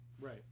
right